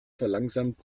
verlangsamt